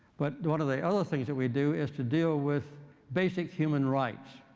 but one of the other things that we do is to deal with basic human rights.